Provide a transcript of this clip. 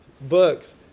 books